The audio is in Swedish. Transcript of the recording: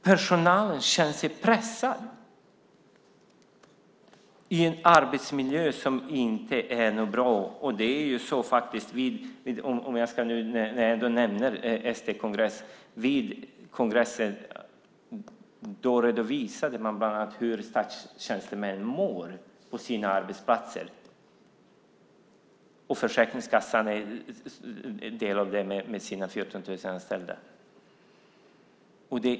Personalen känner sig pressad i en arbetsmiljö som inte är bra, och det är faktiskt så, när jag nu nämner ST-kongressen, att man vid kongressen redovisade hur tjänstemännen mår på sina arbetsplatser. Försäkringskassan med sina 14 000 anställda är en del av detta.